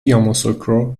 یاموسوکرو